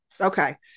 Okay